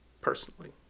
personally